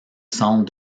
centre